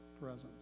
presence